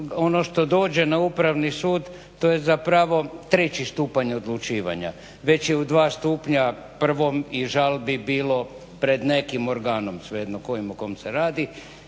Ono što dođe na Upravni sud to je zapravo treći stupanj odlučivanja. Već je u dva stupnja prvom i žalbi bilo pred nekim organom, svejedno o kom se radi.